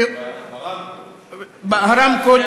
ברמקול.